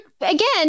again